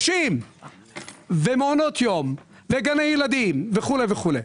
30. אני צריך מעונות יום, גני ילדים וכולי וכולי.